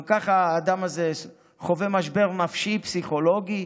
גם ככה האדם הזה חווה משבר נפשי, פסיכולוגי,